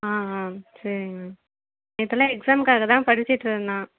ஆ ஆ சரிங்க மேம் நேற்றெலாம் எக்ஸாமுக்காக தான் படிச்சிட்டிருந்தான்